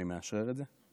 אני מאשרר את זה.